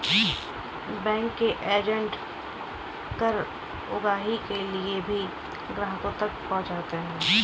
bank के agent कर उगाही के लिए भी ग्राहकों तक पहुंचते हैं